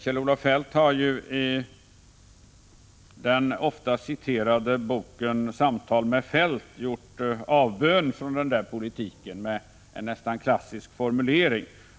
Kjell-Olof Feldt har i den ofta citerade boken Samtal med Feldt gjort avbön från den politiken med en nästan klassisk formulering.